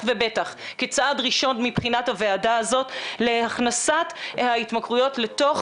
ובטח כצעד ראשון מבחינת הוועדה הזאת להכנסת ההתמכרויות לתוך